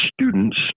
students